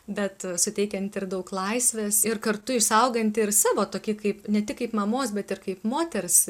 bet suteikianti ir daug laisvės ir kartu išsauganti ir savo tokį kaip ne tik kaip mamos bet ir kaip moters